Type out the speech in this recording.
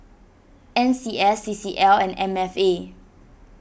N C S C C L and M F A